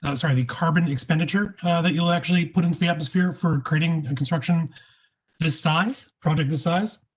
ah sorry? the carbon expenditure that you'll actually put in the the atmosphere for creating and construction the size product the size.